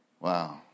Wow